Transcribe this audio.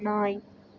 நாய்